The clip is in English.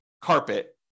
carpet